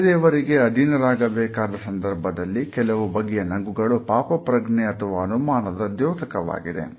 ಬೇರೆಯವರಿಗೆ ಅಧೀನ ರಾಗ ಬೇಕಾದ ಸಂದರ್ಭದಲ್ಲಿ ಕೆಲವು ಬಗೆಯ ನಗುಗಳು ಪಾಪಪ್ರಜ್ಞೆ ಅಥವಾ ಅನುಮಾನದ ದ್ಯೋತಕವಾಗಿವೆ